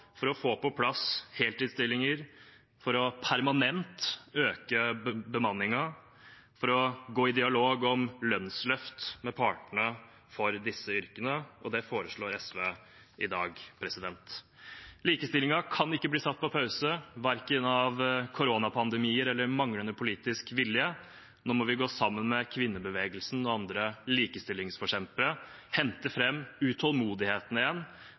for å få på plass heltidsstillinger, for permanent å øke bemanningen, for å gå i dialog om lønnsløft med partene for disse yrkene, og det foreslår SV i dag. Likestillingen kan ikke bli satt på pause, verken av koronapandemier eller manglende politisk vilje. Nå må vi gå sammen med kvinnebevegelsen og andre likestillingsforkjempere, hente fram utålmodigheten igjen,